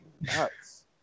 nuts